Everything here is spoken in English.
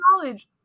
college